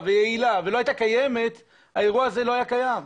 ויעילה ולא הייתה קיימת האירוע הזה לא היה קיים.